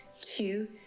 Two